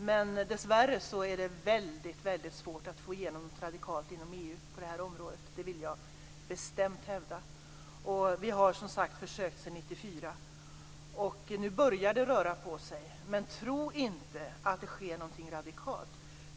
Men dessvärre är det väldigt svårt att få igenom något radikalt inom EU på det här området, vill jag bestämt hävda. Vi har, som sagt, försökt sedan 1994, och nu börjar det att röra på sig. Men tro inte att det sker någonting radikalt.